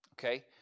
Okay